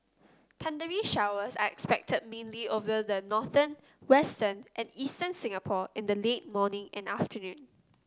thundery showers are expected mainly over the northern western and eastern Singapore in the late morning and afternoon